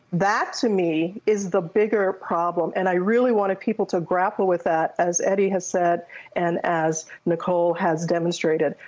that, to me, is the bigger problem. and i really wanted people to grapple with that as eddie has said and as nicole has demonstrated.